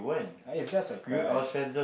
it's just a crush